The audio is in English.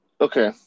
okay